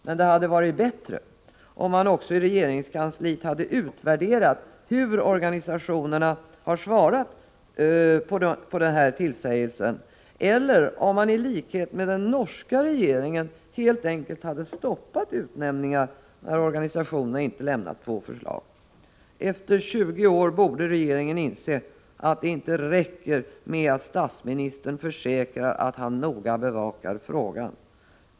Men det hade varit bättre om man också i regeringskansliet hade utvärderat hur organisationerna har svarat på den här tillsägelsen eller om man, i likhet med den norska regeringen, helt enkelt stoppat utnämningarna när organisationerna inte lämnat två förslag. Efter 20 år borde regeringen ha insett att det inte räcker med att statsministern försäkrar att han noga bevakar frågan.